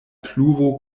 pluvo